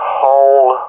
whole